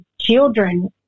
children